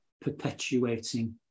perpetuating